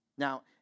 Now